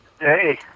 Hey